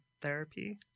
therapy